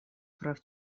прав